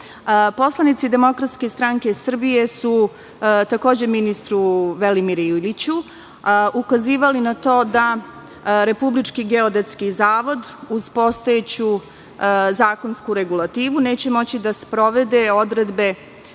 poslanici DSS su, takođe, ministru Velimiru Iliću ukazivali na to da Republički geodetski zavod, uz postojeću zakonsku regulativu, neće moći da sprovede odredbe